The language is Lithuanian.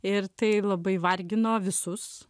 ir tai labai vargino visus